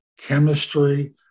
Chemistry